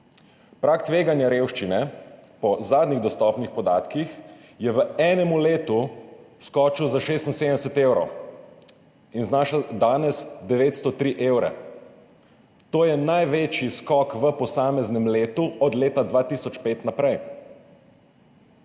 Prag tveganja revščine po zadnjih dostopnih podatkih je v enem letu skočil za 76 evrov in znaša danes 903 evre. To je največji skok v posameznem letu od leta 2005 naprej.